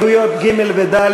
הסתייגויות (ג) ו-(ד)